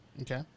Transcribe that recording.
Okay